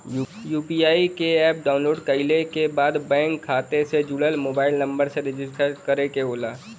UPI क app download कइले के बाद बैंक खाता से जुड़ल मोबाइल नंबर से रजिस्टर करे के होला